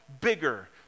bigger